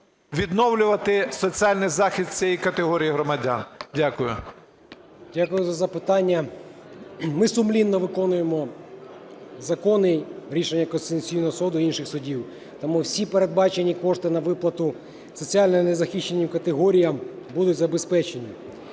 відновлювати соціальний захист цієї категорії громадян? Дякую. 11:45:05 МАРЧЕНКО С.М. Дякую за запитання. Ми сумлінно виконуємо закони, рішення Конституційного Суду і інших судів. Тому всі передбачені кошти на виплату соціально незахищеним категоріям будуть забезпечені.